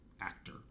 actor